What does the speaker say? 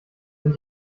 sind